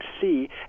see